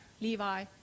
Levi